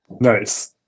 nice